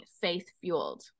faith-fueled